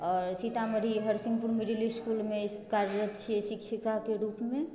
आओर सीतामढ़ी हरसिमपुर मिडिल इसकुलमे कार्यरत छियै शिक्षिकाके रूपमे